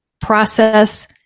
process